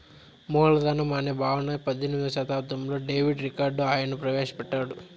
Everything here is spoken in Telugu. మూలధనం అనే భావన పద్దెనిమిదో శతాబ్దంలో డేవిడ్ రికార్డో అనే ఆయన ప్రవేశ పెట్టాడు